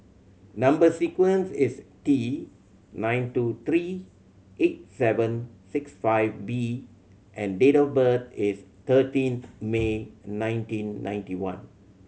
number sequence is T nine two three eight seven six five B and date of birth is thirteen May nineteen ninety one